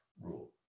rule